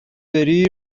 بری